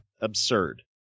absurd